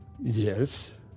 Yes